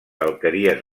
alqueries